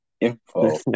info